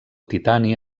titani